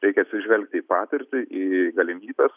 reikia atsižvelgti į patirtį į galimybes